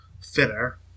thinner